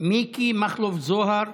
מיקי מכלוף זוהר,